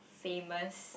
famous